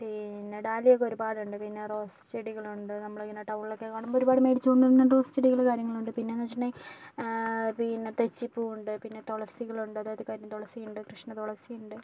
പിന്നെ ഡാലിയ ഒക്കെ ഒരുപാട് ഉണ്ട് പിന്നെ റോസ് ചെടികളുണ്ട് നമ്മളിങ്ങനെ ടൗണിൽ ഒക്കെ കാണുമ്പോൾ ഒരുപാട് മേടിച്ചുകൊണ്ട് വന്ന് ചെടികൾ കാര്യങ്ങളുണ്ട് പിന്നെ എന്ന് വെച്ചിട്ടുണ്ടങ്കിൽ പിന്നെ തെച്ചി പൂവുണ്ട് പിന്നെ തുളസികളുണ്ട് അതായത് കരിം തുളസിയുണ്ട് കൃഷ്ണ തുളസിയുണ്ട്